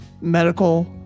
medical